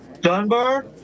Dunbar